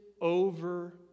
over